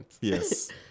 yes